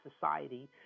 society